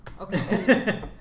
Okay